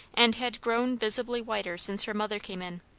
and had grown visibly whiter since her mother came in.